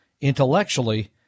intellectually